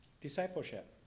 discipleship